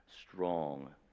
strong